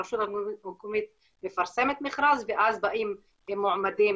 הרשות המקומית מפרסמת מכרז ואז באים מועמדים